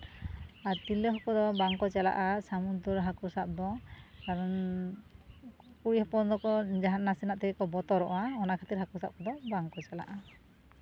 ᱟᱨ ᱛᱤᱨᱞᱟᱹ ᱠᱚᱫᱚ ᱵᱟᱝ ᱠᱚ ᱪᱟᱞᱟᱜᱼᱟ ᱥᱟᱹᱢᱩᱫᱽ ᱨᱮ ᱦᱟᱹᱠᱩ ᱥᱟᱵ ᱫᱚ ᱠᱟᱨᱚᱱ ᱠᱩᱲᱤ ᱦᱚᱯᱚᱱ ᱫᱚᱠᱚ ᱡᱟᱦᱟᱱ ᱱᱟᱥᱮᱱᱟᱜ ᱛᱮᱠᱚ ᱵᱚᱛᱚᱨᱚᱜᱼᱟ ᱚᱱᱟ ᱠᱷᱟᱹᱛᱤᱨ ᱦᱟᱹᱠᱩ ᱥᱟᱵ ᱠᱚᱫᱚ ᱵᱟᱝᱠᱚ ᱪᱟᱞᱟᱜᱼᱟ